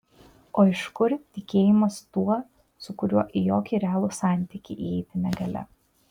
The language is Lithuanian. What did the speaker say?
o iš kur tikėjimas tuo su kuriuo į jokį realų santykį įeiti negali